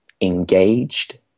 engaged